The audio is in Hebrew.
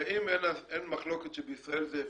ואם אין מחלוקת שבישראל זה אפשרי,